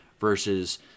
versus